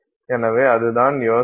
எனவே அதுதான் யோசனை